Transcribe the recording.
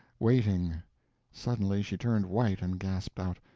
waiting suddenly she turned white and gasped out oh,